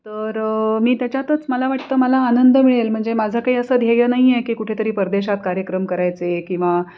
तर मी त्याच्यातच मला वाटतं मला आनंद मिळेल म्हणजे माझं काही असं ध्येय नाही आहे की कुठेतरी परदेशात कार्यक्रम करायचे किंवा